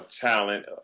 talent